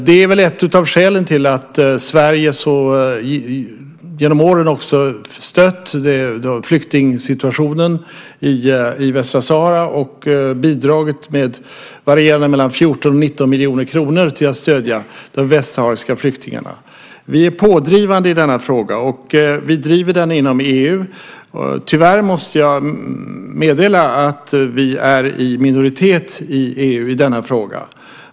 Det är ett av skälen till att Sverige genom åren också stött flyktingsituationen i Västsahara och bidragit med varierande mellan 14 och 19 miljoner kronor för att stödja de västsahariska flyktingarna. Vi är pådrivande i denna fråga. Vi driver den inom EU, men tyvärr måste jag meddela att vi är i minoritet i EU i denna fråga.